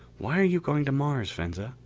why are you going to mars, venza?